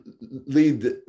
lead